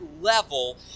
level